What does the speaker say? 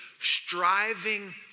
striving